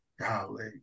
golly